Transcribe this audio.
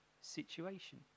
situation